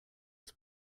its